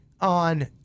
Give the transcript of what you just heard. on